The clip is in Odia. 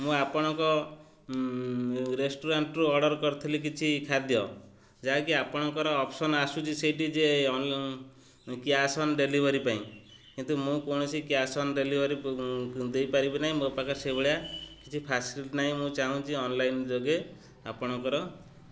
ମୁଁ ଆପଣଙ୍କ ରେଷ୍ଟୁରାଣ୍ଟରୁ ଅର୍ଡ଼ର୍ କରିଥିଲି କିଛି ଖାଦ୍ୟ ଯାହାକି ଆପଣଙ୍କର ଅପସନ୍ ଆସୁଛି ସେଇଠି ଯେ କ୍ୟାସ୍ ଅନ୍ ଡେଲିଭରି ପାଇଁ କିନ୍ତୁ ମୁଁ କୌଣସି କ୍ୟାସ୍ ଅନ୍ ଡେଲିଭରି ଦେଇପାରିବି ନାହିଁ ମୋ ପାଖରେ ସେଭଳିଆ କିଛି ଫାସିଲିଟି ନାହିଁ ମୁଁ ଚାହୁଁଛି ଅନଲାଇନ୍ ଯୋଗେ ଆପଣଙ୍କର